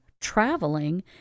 traveling